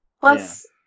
Plus